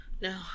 No